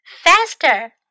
Faster